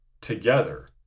together